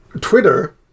Twitter